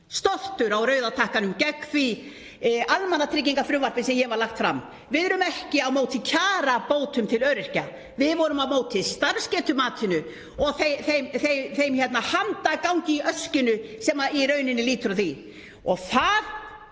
stoltur á rauða takkanum gegn því almannatryggingafrumvarpi sem hér var lagt fram. Við erum ekki á móti kjarabótum til öryrkja. Við vorum á móti starfsgetumatinu og þeim handagangi í öskjunni sem í rauninni lýtur að því. Það